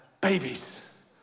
babies